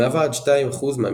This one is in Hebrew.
המהווה עד 2% מהמקרים.